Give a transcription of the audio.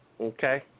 Okay